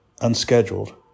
unscheduled